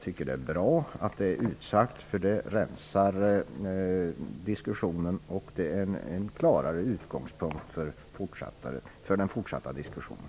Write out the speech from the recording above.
Det är bra att det är utsagt, för det rensar diskussionen och ger en klarare utgångspunkt för den fortsatta diskussionen.